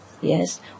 Yes